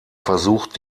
versucht